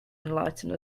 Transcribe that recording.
enlighten